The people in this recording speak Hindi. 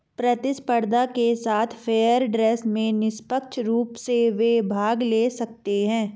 प्रतिस्पर्धा के साथ फेयर ट्रेड में निष्पक्ष रूप से वे भाग ले सकते हैं